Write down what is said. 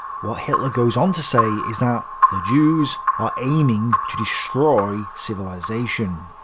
what hitler goes on to say is that the jews are aiming to destroy civilization.